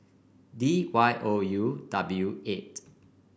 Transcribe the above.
D Y O U W eight